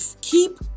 keep